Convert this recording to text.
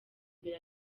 mbere